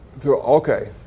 Okay